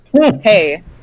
Hey